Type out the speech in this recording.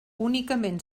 únicament